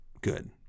good